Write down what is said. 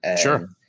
Sure